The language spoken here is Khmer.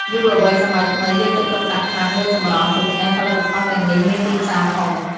យុវវ័យសម័យថ្មីយកចិត្តទុកដាក់ខ្លាំងលើសម្រស់ ដូច្នេះផលិតផលទាំងនេះមានទីផ្សារធំ។